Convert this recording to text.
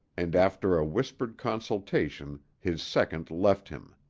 and after a whispered consultation his second left him,